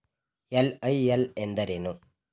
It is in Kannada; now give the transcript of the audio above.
ಎಲ್.ಐ.ಎಲ್ ಎಂದರೇನು?